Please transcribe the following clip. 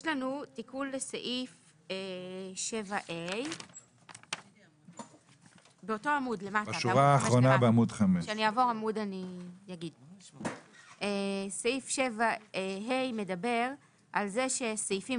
יש לנו תיקון לסעיף 7ה. סעיף 7ה מדבר על זה שסעיפים